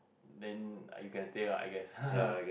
then ah you can stay lah I guess